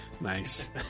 Nice